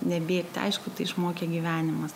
nebėgti aišku tai išmokė gyvenimas